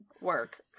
Work